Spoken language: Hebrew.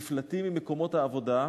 נפלטים ממקומות העבודה,